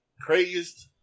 crazed